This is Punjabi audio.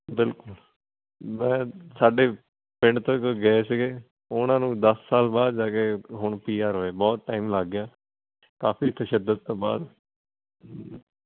ਬਿਲਕੁਲ ਮੈਂ ਸਾਡੇ ਪਿੰਡ ਤੋਂ ਇੱਕ ਗਏ ਸੀਗੇ ਉਨ੍ਹਾਂ ਨੂੰ ਦਸ ਸਾਲ ਬਾਅਦ ਜਾ ਕੇ ਹੁਣ ਪੀ ਆਰ ਹੋਏ ਬਹੁਤ ਟਾਈਮ ਲੱਗ ਗਿਆ ਕਾਫੀ ਉੱਥੇ ਸ਼ਿੱਦਤ ਤੋਂ ਬਾਅਦ ਹੂੰ